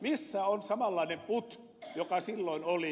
missä on samanlainen put joka silloin oli